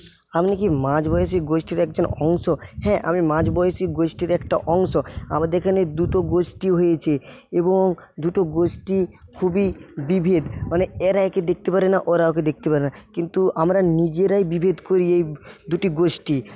আপনি কি মাঝবয়সি গোষ্ঠীর একজন অংশ হ্যাঁ আমি মাঝবয়সি গোষ্ঠীর একটা অংশ আমাদের এখানে দুটো গোষ্ঠী হয়েছে এবং দুটো গোষ্ঠী খুবই বিভেদ মানে এরা একে দেখতে পারে না ওরা ওকে দেখতে পারে না কিন্তু আমরা নিজেরাই বিভেদ করিয়ে দুটি গোষ্ঠী